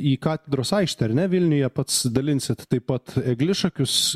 į katedros aikštę ar ne vilniuje pats dalinsit taip pat eglišakius